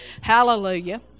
Hallelujah